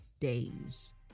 days